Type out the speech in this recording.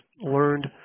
learned